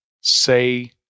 say